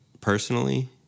Personally